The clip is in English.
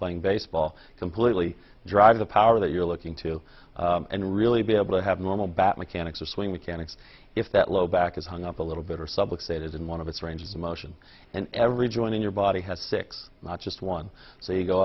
playing baseball completely drive the power that you're looking to and really be able to have normal bat mechanics or swing mechanics if that low back is hung up a little bit or subjects it is in one of its range of motion and every joint in your body has six not just one so you go